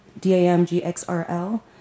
D-A-M-G-X-R-L